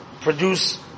produce